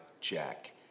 Jack